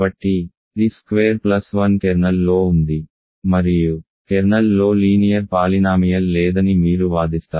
కాబట్టి t square plus 1 కెర్నల్లో ఉంది మరియు కెర్నల్లో లీనియర్ పాలినామియల్ లేదని మీరు వాదిస్తారు